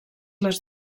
les